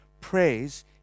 Praise